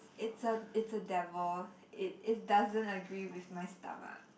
it's a it's a devil it it doesn't agree with my stomach